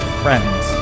friends